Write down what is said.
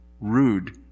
rude